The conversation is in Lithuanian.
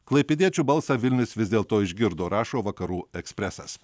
klaipėdiečių balsą vilnius vis dėl to išgirdo rašo vakarų ekspresas